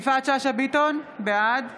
יפעת שאשא ביטון, בעד